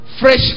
fresh